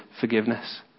forgiveness